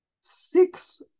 six